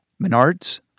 Menards